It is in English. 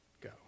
go